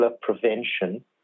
prevention